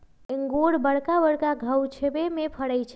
इंगूर बरका बरका घउछामें फ़रै छइ